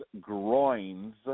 groins